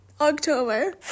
October